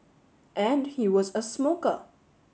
and he was a smoker